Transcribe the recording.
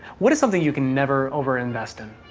what is something you can never over-invest in?